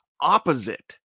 opposite